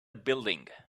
building